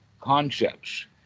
concepts